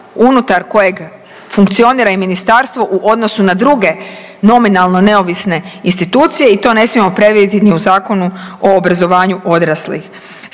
unutar kojeg funkcionira i Ministarstvo u odnosu na druge nominalno neovisne institucije i to ne smijemo previdjeti ni u Zakonu o obrazovanju odraslih.